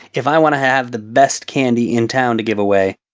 if i want to have the best candy in town to give away,